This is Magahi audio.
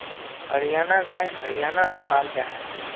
हरयाना गाय हर्यानात पाल जाहा